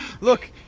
Look